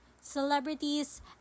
Celebrities